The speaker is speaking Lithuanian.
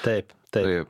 taip taip